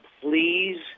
please